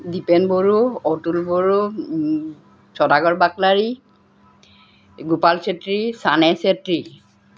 দীপেন বড়ো অতুল বড়ো ছদাগৰ বাকলাৰী গোপাল চেত্ৰী চানে চেত্ৰী